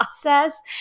process